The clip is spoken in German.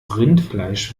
rindfleisch